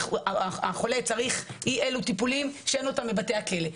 החולה צריך אי-אילו טיפולים שאין אותם בבתי הכלא.